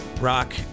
Rock